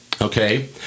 okay